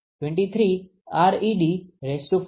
023 ReD45 Pr૦